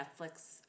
Netflix